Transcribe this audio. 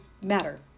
matter